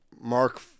Mark